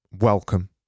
Welcome